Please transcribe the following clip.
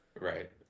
Right